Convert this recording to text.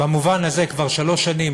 במובן הזה כבר שלוש שנים